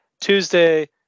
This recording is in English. Tuesday